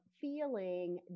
feeling